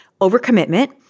overcommitment